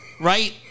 right